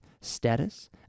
status